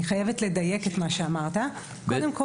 אני חייבת לדייק את מה שאמרת, קודם כל